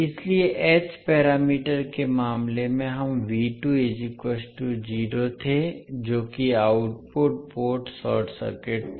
इसलिए h parameter के मामले में हम थे जो कि आउटपुट पोर्ट शार्ट सर्किट था